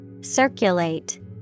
Circulate